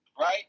Right